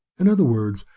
in other words,